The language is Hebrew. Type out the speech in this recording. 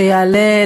שיעלה,